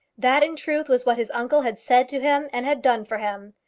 that in truth was what his uncle had said to him and had done for him.